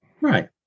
right